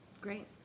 Great